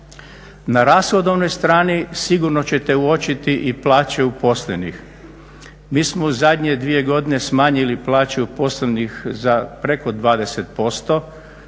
Na rashodovnoj strani sigurno ćete uočiti i plaće uposlenih. Mi smo u zadnje dvije godine smanjili plaće uposlenih za preko 20%.